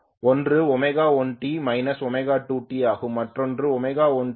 ஒன்று ω1t ω2t ஆகவும் மற்றொன்று ω1t 120 ω2t 120 ஆகவும் இருக்கும்